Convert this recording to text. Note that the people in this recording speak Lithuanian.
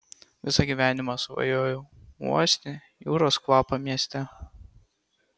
visą gyvenimą svajojau uosti jūros kvapą mieste